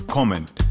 Comment